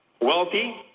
wealthy